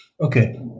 Okay